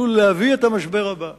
עלול להביא את המשבר הבא.